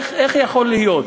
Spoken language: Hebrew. איך יכול להיות?